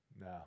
No